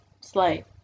Slight